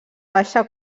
baixa